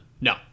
No